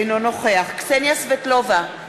אינו נוכח קסניה סבטלובה,